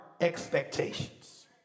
expectations